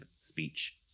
speech